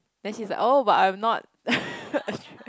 then she's like oh but I'm not